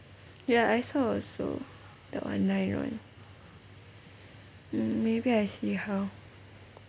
ya I saw also the online one hmm maybe I see how